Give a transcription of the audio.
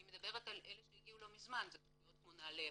אני מדברת על אלה שהגיעו לא מזמן: תכניות כמו נעל"ה,